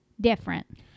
different